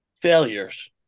failures